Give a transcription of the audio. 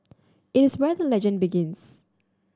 it is where the legend begins